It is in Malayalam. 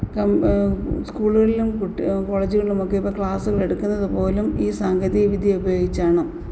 സ്കൂളുകളിലും കോളേജുകളിലുമൊക്കെ ഇപ്പോള് ക്ലാസുകളെടുക്കുന്നതുപോലും ഈ സാങ്കേതികവിദ്യ ഉപയോഗിച്ചാണ്